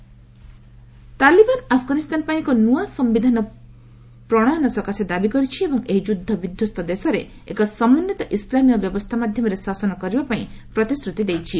ଆଫ୍ଗାନ୍ ତାଲିବାନ୍ ଆଫ୍ଗାନିସ୍ତାନ ପାଇଁ ଏକ ନୂଆ ସମ୍ଭିଧାନ ପ୍ରଶୟନ ସକାଶେ ଦାବି କରିଛି ଏବଂ ଏହି ଯୁଦ୍ଧବିଧ୍ୱସ୍ତ ଦେଶରେ ଏକ ସମନ୍ଧିତ ଇସଲାମୀୟ ବ୍ୟବସ୍ଥା ମାଧ୍ୟମରେ ଶାସନ କରିବା ପାଇଁ ପ୍ରତିଶ୍ରତି ଦେଇଛି